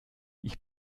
ich